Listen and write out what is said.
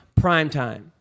primetime